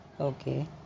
okay